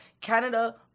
Canada